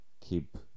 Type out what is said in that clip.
keep